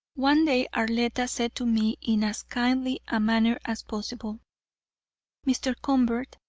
one day arletta said to me in as kindly a manner as possible mr. convert,